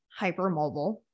hypermobile